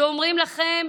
שאומרים לכם: